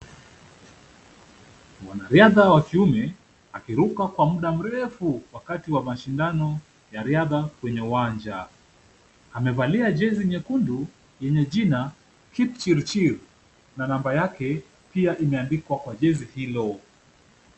Mwanariadha wa kiume akiruka kwa muda mrefu wakati wAa mashindano ya riadha kwenye uwanja .Amevalia jezi nyekundu yenye jina Kipchirchir na namba yake pia imeandikwa kwa jezi hilo.